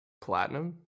Platinum